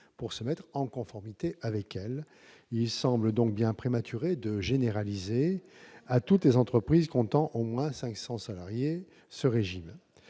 pour se mettre en conformité avec elle. Il semble donc bien prématuré de généraliser ce régime à toutes les entreprises comptant au moins 500 salariés. Outre